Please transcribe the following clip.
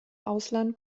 ausland